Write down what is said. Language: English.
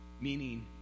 Meaning